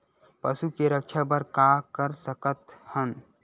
पशु के रक्षा बर का कर सकत हन?